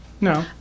no